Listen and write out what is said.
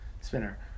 Spinner